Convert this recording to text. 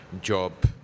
job